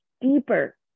deeper